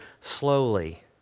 slowly